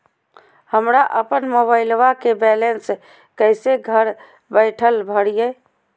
हमरा अपन मोबाइलबा के बैलेंस कैसे घर बैठल भरिए?